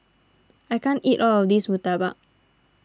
I can't eat all of this Murtabak